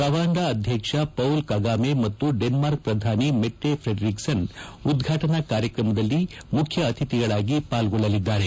Rwanda ಅಧ್ಯಕ್ಷ Paul Kagame ಮತ್ತು Denmark ಪ್ರಧಾನಿ ಮೆಟ್ಟೆ ಫ್ರೆಡ್ರಿಕ್ಸನ್ ಉದ್ರಾಟನಾ ಕಾರ್ಯಕ್ರಮದಲ್ಲಿ ಮುಖ್ಯ ಅತಿಥಿಗಳಾಗಿ ಪಾಲ್ಗೊಳ್ಳಲಿದ್ದಾರೆ